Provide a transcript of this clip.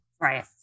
right